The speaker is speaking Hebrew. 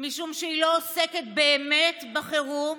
משום שהיא לא עוסקת באמת בחירום,